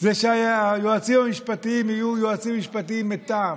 זה שהיועצים המשפטיים יהיו מטעם.